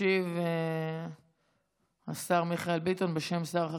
ישיב השר מיכאל ביטון בשם שר החקלאות.